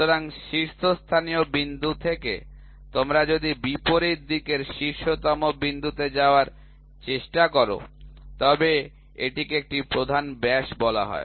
সুতরাং শীর্ষস্থানীয় বিন্দু থেকে তোমরা যদি বিপরীত দিকের শীর্ষতম বিন্দুতে যাওয়ার চেষ্টা কর তবে এটিকে একটি প্রধান ব্যাস বলা হয়